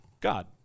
God